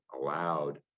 allowed